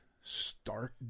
start